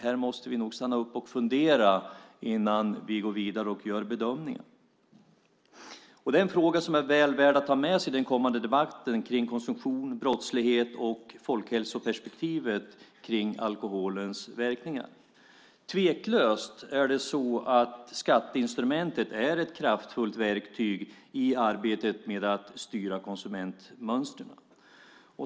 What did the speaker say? Här måste vi nog stanna upp och fundera innan vi går vidare och gör bedömningen. Det är en fråga som är väl värd att ta med sig i den kommande debatten om konsumtion, brottslighet och folkhälsoperspektivet kring alkoholens verkningar. Tveklöst är skatteinstrumentet ett kraftfullt verktyg i arbetet med att styra konsumtionsmönstren.